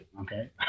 Okay